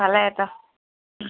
फाल्यां येता